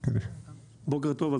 בוקר טוב,